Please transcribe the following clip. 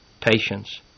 patience